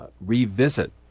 revisit